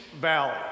Valley